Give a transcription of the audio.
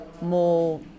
more